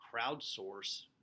crowdsource